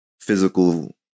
physical